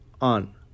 on